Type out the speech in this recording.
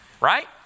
right